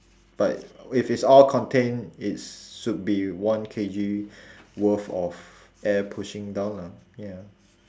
but if it's all contained it's should be one K_G worth of air pushing down lah ya